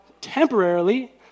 temporarily